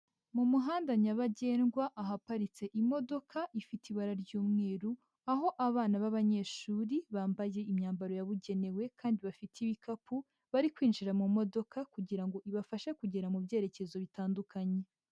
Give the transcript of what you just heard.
Mu muhanda nyabagendwa ahaparitse imodoka ifite ibara ry'umweru aho abana b'abanyeshuri bambaye imyambaro yabugenewe kandi bafite ibikapu bari kwinjira mu modoka kugira ibafashe kugera mu byerekezo bitandukanye.